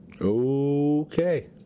Okay